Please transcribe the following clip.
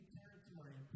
territory